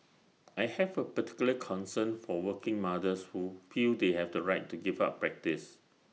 I have A particular concern for working mothers who feel they have to right to give up practice